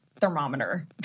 thermometer